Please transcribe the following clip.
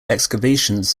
excavations